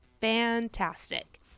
fantastic